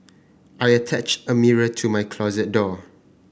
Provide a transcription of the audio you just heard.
I attached a mirror to my closet door